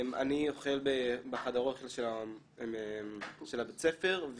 אני אוכל בחדר אוכל של בית הספר,